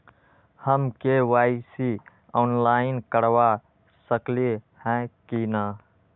हम KYC online करवा सकली ह कि न?